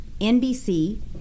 NBC